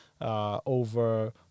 over